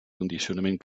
condicionament